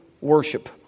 worship